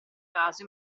caso